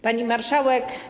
Pani Marszałek!